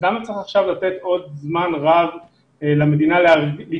אז למה צריך עכשיו לתת עוד זמן רב למדינה להתארגן